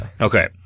Okay